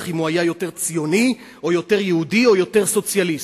אם הוא היה יותר ציוני או יותר יהודי או יותר סוציאליסט,